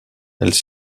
elle